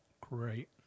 Great